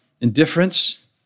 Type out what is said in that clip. indifference